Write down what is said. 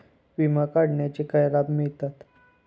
विमा काढण्याचे काय लाभ मिळतात?